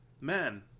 man